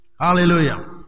Hallelujah